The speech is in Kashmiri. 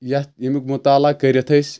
یتھ ییٚمیُک مُطالعہ کٔرِتھ أسۍ